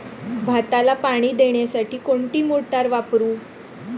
भाताला पाणी देण्यासाठी कोणती मोटार वापरू?